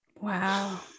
Wow